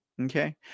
Okay